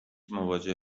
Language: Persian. مواجه